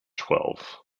twelve